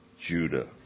Judah